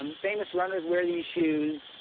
um famous runners wear these shoes.